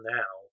now